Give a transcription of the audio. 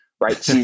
right